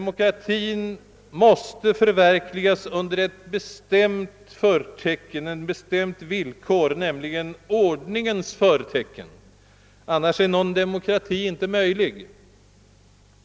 Demokratin måste förverkligas under ett bestämt förtecken, nämligen ordningens förtecken. Annars är det inte möjligt att genomföra någon demokrati.